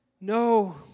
No